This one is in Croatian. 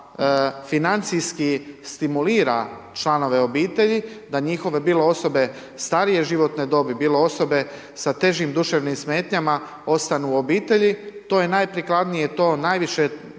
financijski stimulira članove obitelji da njihove bilo osobe starije životne dobi, bilo osobe sa težim duševnim smetnjama, ostanu u obitelji. To je najprikladnije, to najviše košta,